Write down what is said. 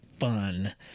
fun